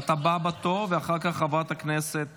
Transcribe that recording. את הבאה בתור, ואחר כך חברת הכנסת